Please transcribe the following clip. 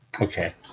Okay